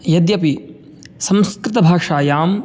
यद्यपि संस्कृतभाषायाम्